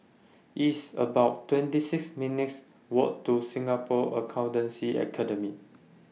It's about twenty six minutes' Walk to Singapore Accountancy Academy